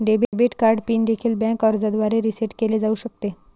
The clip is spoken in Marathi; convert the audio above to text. डेबिट कार्ड पिन देखील बँक अर्जाद्वारे रीसेट केले जाऊ शकते